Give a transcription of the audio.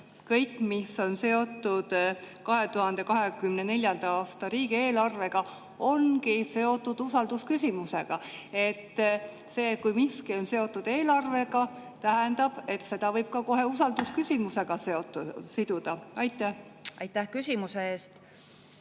kõik, mis on seotud 2024. aasta riigieelarvega, ongi seotud usaldusküsimusega? Kas see, kui miski on seotud eelarvega, tähendab, et seda võib ka kohe usaldusküsimusega siduda? Aitäh, lugupeetud